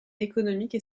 économique